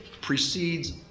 precedes